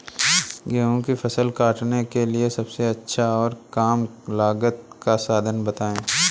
गेहूँ की फसल काटने के लिए सबसे अच्छा और कम लागत का साधन बताएं?